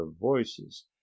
voices